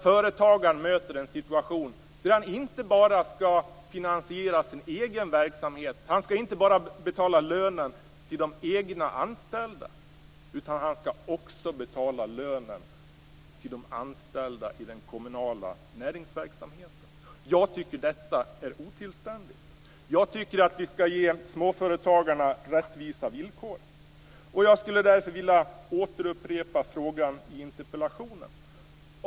Företagaren möter en situation där han inte bara skall finansiera sin egen verksamhet och betala lönen till de egna anställda, utan han skall också betala lönen till de anställda i den kommunala näringsverksamheten. Jag tycker att detta är otillständigt. Jag tycker att vi skall ge småföretagarna rättvisa villkor. Därför vill jag återupprepa frågan i interpellationen.